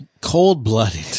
Cold-blooded